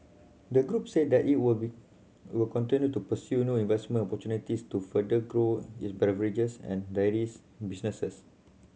the group said that it will be will continue to pursue new investment opportunities to further grow its beverages and dairies businesses